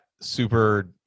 super